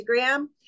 Instagram